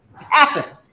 happen